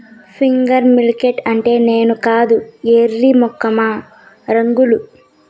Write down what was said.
finger millet అంటే నేను కాదు ఎర్రి మొఖమా రాగులు